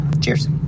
Cheers